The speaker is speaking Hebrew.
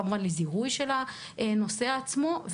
כמובן לזיהוי של הנוסע עצמו,